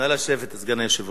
נא לשבת, סגן היושב-ראש.